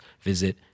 visit